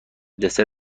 دسر